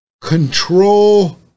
control